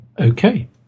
Okay